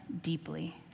deeply